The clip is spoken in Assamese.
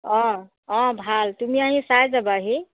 অ' অ' ভাল তুমি আহি চাই যাবাহি